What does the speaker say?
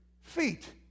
feet